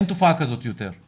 אין תופעה כזאת יותר.